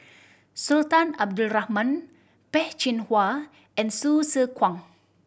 Sultan Abdul Rahman Peh Chin Hua and Hsu Tse Kwang